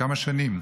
כמה שנים,